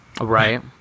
Right